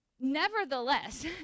Nevertheless